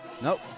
Nope